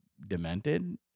demented